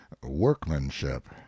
workmanship